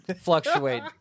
fluctuate